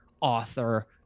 author